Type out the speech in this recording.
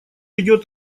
идет